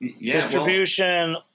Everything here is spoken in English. Distribution